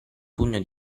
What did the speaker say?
pugno